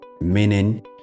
meaning